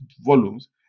volumes